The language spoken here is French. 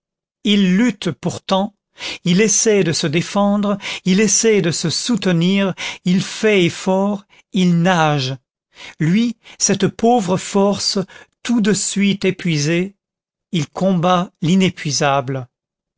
il lutte pourtant il essaie de se défendre il essaie de se soutenir il fait effort il nage lui cette pauvre force tout de suite épuisée il combat l'inépuisable